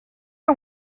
are